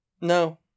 No